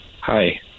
hi